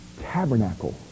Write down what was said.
tabernacle